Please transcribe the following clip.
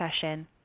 session